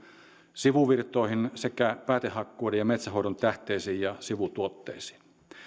sivuvirtoihin sekä päätehakkuiden ja metsänhoidon tähteisiin ja sivutuotteisiin